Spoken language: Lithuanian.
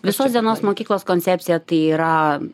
visos dienos mokyklos koncepcija tai yra